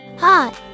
Hi